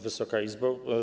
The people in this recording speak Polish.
Wysoka Izbo!